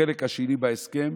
החלק השני בהסכם